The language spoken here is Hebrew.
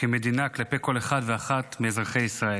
וכמדינה כלפי כל אחד ואחת מאזרחי ישראל.